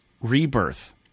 Rebirth